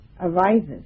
arises